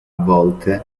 volte